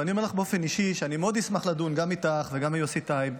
ואני אומר לך באופן אישי שאני מאוד אשמח לדון גם איתך וגם עם יוסי טייב.